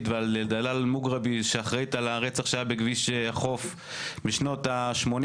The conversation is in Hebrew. ועל דלאל מוגרבי שאחראית על הרצח בכביש החוף בשנות ה-80